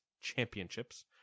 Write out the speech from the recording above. Championships